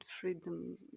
freedom